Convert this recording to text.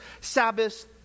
Sabbath